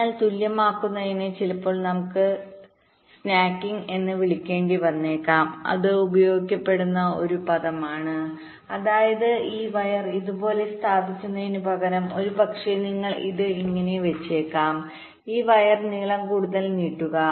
അതിനാൽ തുല്യമാക്കുന്നതിന് ചിലപ്പോൾ നമുക്ക് സ്നക്കിംഗ്എന്ന് വിളിക്കേണ്ടി വന്നേക്കാം ഇത് ഉപയോഗിക്കപ്പെടുന്ന ഒരു പദമാണ് അതായത് ഈ വയർ ഇതുപോലെ സ്ഥാപിക്കുന്നതിനുപകരം ഒരുപക്ഷേ ഞങ്ങൾ ഇത് ഇങ്ങനെ വെച്ചേക്കാം ഈ വയർ നീളം കൂടുതൽ നീട്ടുക